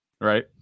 right